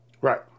right